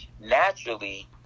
Naturally